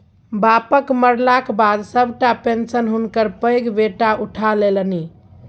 बापक मरलाक बाद सभटा पेशंन हुनकर पैघ बेटा उठा लेलनि